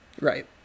Right